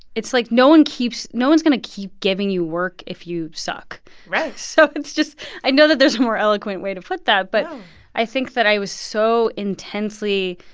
it's like no one keeps no one's going to keep giving you work if you suck right so it's just i know that there's a more eloquent way to put that no but i think that i was so intensely,